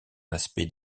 aspect